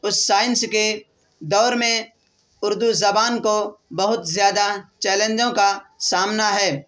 اس science کے دور میں اردو زبان کو بہت زیادہ چیلنجوں کا سامنا ہے